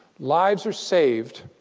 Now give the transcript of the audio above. lives are saved